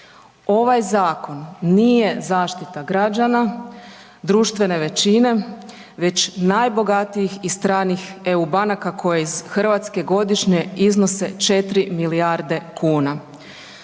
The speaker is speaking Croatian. ovaj zakon nije zaštita građana, društvene većine već najbogatijih i stranih eu banaka koje iz Hrvatske godišnje iznose 4 milijarde kuna.